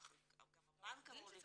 גם הבנק אמור לבדוק.